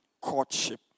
courtship